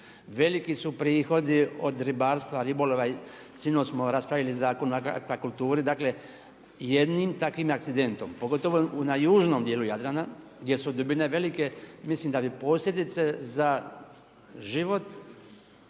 veliki su prihodi od ribarstva, ribolova i sinoć smo raspravljali Zakon o akvakulturi, dakle jednim takvim akcidentom, pogotovo na južnom dijelu Jadrana gdje su dubine velike, mislim da bi posljedice za život